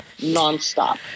nonstop